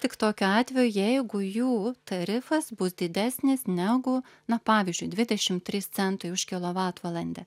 tik tokiu atveju jeigu jų tarifas bus didesnis negu na pavyzdžiui dvidešim trys centai už kilovatvalandę